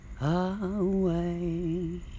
away